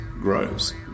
grows